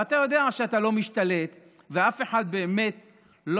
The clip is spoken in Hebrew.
ואתה יודע שאתה לא משתלט ואף אחד באמת לא